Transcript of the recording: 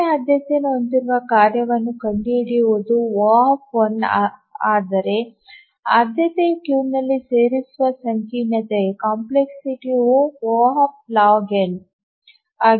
ಕಡಿಮೆ ಆದ್ಯತೆಯನ್ನು ಹೊಂದಿರುವ ಕಾರ್ಯವನ್ನು ಕಂಡುಹಿಡಿಯುವುದು ಒ ಆದರೆ ಆದ್ಯತೆಯ ಕ್ಯೂನಲ್ಲಿ ಸೇರಿಸುವ ಸಂಕೀರ್ಣತೆ ಯು ಒ ಲಾಗ್ ಎನ್ O ಆಗಿದೆ